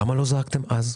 למה לא זעקתם אז?